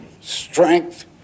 strength